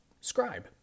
Scribe